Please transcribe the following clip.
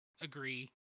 agree